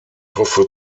hoffe